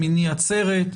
עצרת,